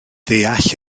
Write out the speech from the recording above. ddeall